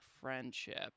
friendship